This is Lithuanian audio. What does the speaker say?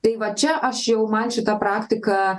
tai va čia aš jau man šita praktika